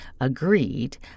agreed